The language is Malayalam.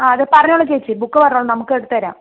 അത് പറഞ്ഞോളൂ ചേച്ചി ബുക്ക് പറഞ്ഞോളൂ നമുക്ക് എടുത്ത് തരാം